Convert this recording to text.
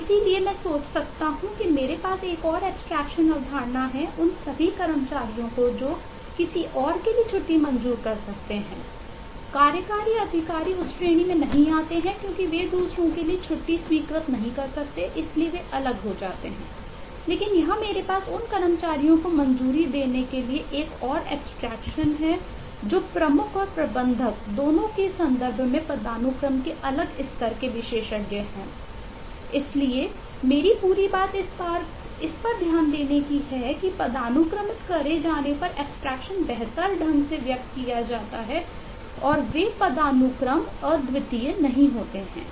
और इसलिए मैं सोच सकता हूं कि मेरे पास एक और एब्स्ट्रेक्शन बेहतर ढंग से व्यक्त किया जाता है और वे पदानुक्रम अद्वितीय नहीं हैं